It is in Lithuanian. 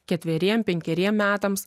ketveriem penkeriem metams